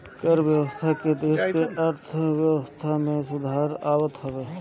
कर व्यवस्था से देस के अर्थव्यवस्था में सुधार आवत हवे